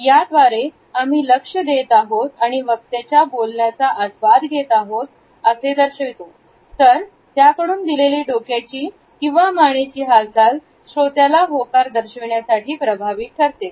याद्वारे आम्ही लक्ष देत आहोत आणि वक्त्याच्या बोलण्या चा आस्वाद घेत आहोत असे दर्शवते तर व त्याकडून दिलेली डोक्याची किंवा मानेची हालचाल श्रोत्याला होकार दर्शविला प्रभावी ठरते